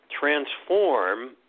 transform